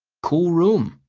cool room.